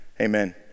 amen